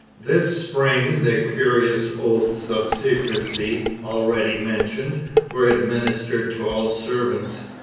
this spring the curious oaths of secrecy, already mentioned were administered to all servants.